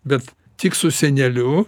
bet tik su seneliu